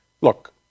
Look